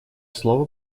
слово